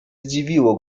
zdziwiło